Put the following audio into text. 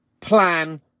plan